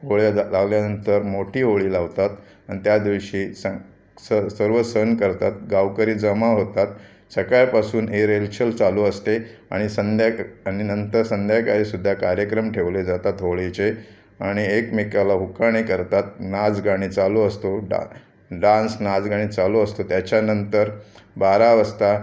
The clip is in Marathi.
होळ्या ल लावल्यानंतर मोठी होळी लावतात आणि त्या दिवशी सं स सर्व सण करतात गावकरी जमा होतात सकाळपासून ही रेलचल चालू असते आणि संध्याक आणि नंतर संध्याकाळीसुद्धा कार्यक्रम ठेवले जातात होळीचे आणि एकमेकाला हुक्काणे करतात नाचगाणी चालू असतो डा डान्स नाचगाणी चालू असतो त्याच्या नंतर बारा वाजता